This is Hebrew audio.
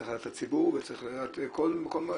צריך לדעת הציבור וצריך לדעת כל מקום,